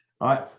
right